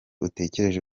utekereje